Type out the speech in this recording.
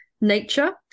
nature